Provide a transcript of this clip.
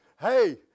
hey